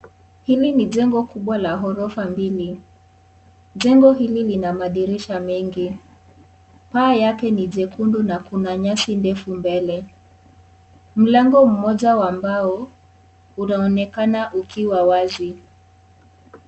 Hili ni jengo kubwa la ghorofa mbili, jengo hili lina madirisha mengi paa yake ni jekundu na kuna nyasi ndefu mbele mlango mmoja wa mbao unaonekana ukiwa wazi.